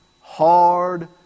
hard